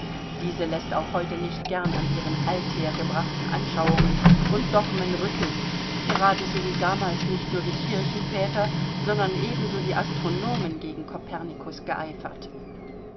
diese läßt auch heute nicht gern an ihren althergebrachten anschauungen und dogmen rütteln gerade so wie damals nicht nur die kirchenväter sondern ebenso die astronomen gegen kopernikus geeifert